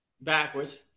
backwards